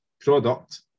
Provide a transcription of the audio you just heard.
product